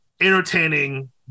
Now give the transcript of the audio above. entertaining